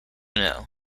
know